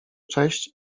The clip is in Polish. cześć